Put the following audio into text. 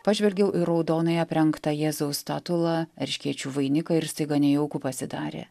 pažvelgiau į raudonai aprengtą jėzaus statulą erškėčių vainiką ir staiga nejauku pasidarė